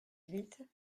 huit